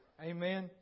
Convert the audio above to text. Amen